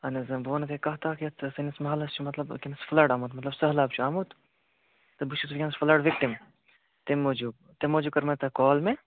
اہن حظ بہٕ ونو تۄہہِ کَتھ اَکھ یَتھ سٲنِس محلس چھِ مطلب وٕنۍکٮ۪نس فٕلڈ آمُت مطلب سہلاب چھِ آمُت تہٕ بہٕ چھُس وٕنۍکٮ۪نَس فٕلڈ وِکٹم تَمہِ موٗجوٗب تَمہِ موٗجوٗب کٔر مےٚ تۄہہِ کال مےٚ